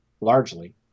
largely